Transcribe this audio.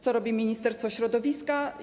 Co robi Ministerstwo Środowiska?